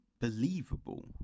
believable